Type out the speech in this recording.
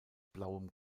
blauem